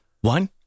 One